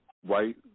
white